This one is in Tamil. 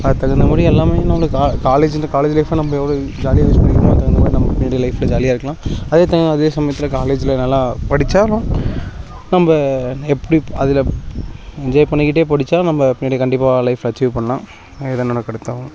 எல்லாமே நம்மளுக்கு கா காலேஜ்லேருந்து காலேஜ் லைஃப்பை நம்ம எவ்வளோ ஜாலியா யூஸ் பண்ணிக்கிறமோ அதுக்கு தகுந்த மாதிரி நம்மளுடைய லைஃப்பில் ஜாலியா இருக்கலாம் அதே த அதே சமயத்தில் காலேஜில் நல்லா படிச்சாலும் நம்ம எப்படி அதில் என்ஜாய் பண்ணிக்கிட்டே படிச்சால் நம்ம பின்னாடி கண்டிப்பாக லைஃப்பில் அச்சீவ் பண்ணலாம்